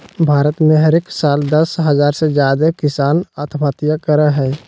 भारत में हरेक साल दस हज़ार से ज्यादे किसान आत्महत्या करय हय